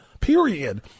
period